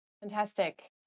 Fantastic